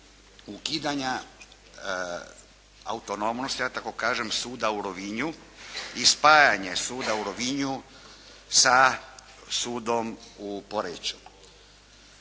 ukidanja autonomnosti ja tako kažem, suda u Rovinju i spajanje suda u Rovinju sa sudom u Poreču.